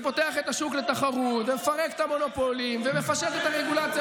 ופותח את השוק לתחרות ומפרק את המונופולים ומפשט את הרגולציה